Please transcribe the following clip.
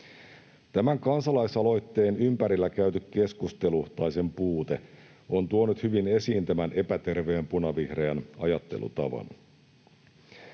Tämän kansalaisaloitteen ympärillä käyty keskustelu, tai sen puute, on tuonut hyvin esiin tämän epäterveen punavihreän ajattelutavan.